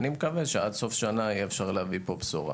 מקווה שעד סוף שנה אפשר יהיה להביא פה בשורה